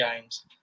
games